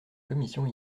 commission